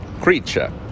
creature